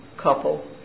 Couple